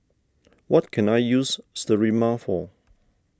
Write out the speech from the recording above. what can I use Sterimar for